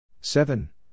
Seven